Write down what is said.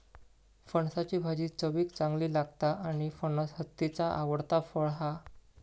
फणसाची भाजी चवीक चांगली लागता आणि फणस हत्तीचा आवडता फळ हा